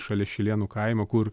šalia šilėnų kaimo kur